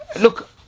look